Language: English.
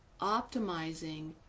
optimizing